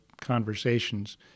conversations